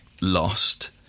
lost